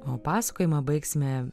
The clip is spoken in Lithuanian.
o pasakojimą baigsime